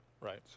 Right